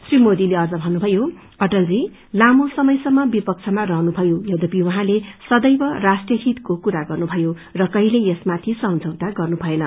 श्री मोदीले अझ भन्नुभयो अटलजी लामो समयसम्म विपक्षमा रहनुभयो यध्यपि उहाँले सदैव राष्ट्रीय हीतको कुरा गर्नुभयो र कहिल्यै यसमाथि समझौता गर्नुभएन